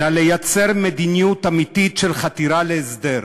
אלא לייצר מדיניות אמיתית, של חתירה להסדר,